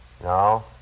No